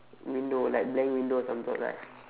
window like blank windows on top right